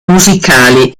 musicali